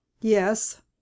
Yes